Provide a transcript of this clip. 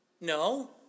No